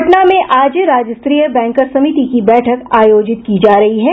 पटना में आज राज्य स्तरीय बैंकर्स समिति की बैठक आयोजित की जा रही है